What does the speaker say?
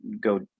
go